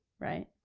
right?